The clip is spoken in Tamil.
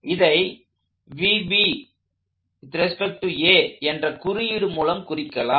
இதை என்ற குறியீடு மூலம் குறிக்கலாம்